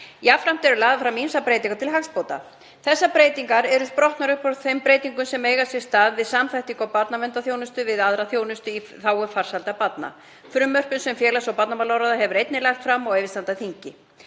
Jafnframt eru lagðar fram ýmsar breytingar til hagsbóta. Þessar breytingar eru sprottnar upp úr breytingum sem eiga sér stað við samþættingu á barnaverndarþjónustu við aðra þjónustu í þágu farsældar barna, frumvörpum sem félags- og barnamálaráðherra hefur einnig lagt fram á yfirstandandi þingi.